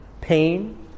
pain